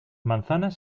manzanas